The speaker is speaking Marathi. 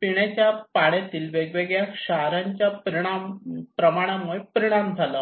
पिण्याच्या पाण्यातील वेगवेगळ्या क्षारांच्या प्रमाणामुळे परिणाम झाला होता